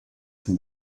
can